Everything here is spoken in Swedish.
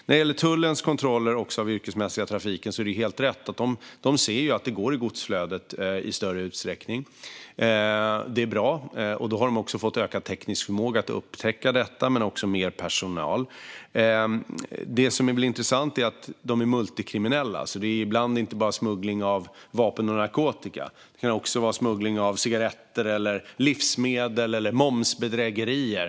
När det gäller tullens kontroller av den yrkesmässiga trafiken är det helt rätt att de ser att detta i större utsträckning går i godsflödet. Det är bra. Då har de också fått ökad teknisk förmåga att upptäcka detta men också mer personal. Det som är intressant är att det handlar om multikriminella. Ibland är det inte bara fråga om smuggling av vapen och narkotika. Det kan också vara smuggling av cigaretter eller livsmedel eller handla om momsbedrägerier.